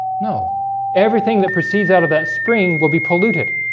know everything that proceeds out of that spring will be polluted